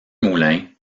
moulins